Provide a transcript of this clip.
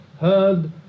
heard